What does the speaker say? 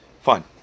fine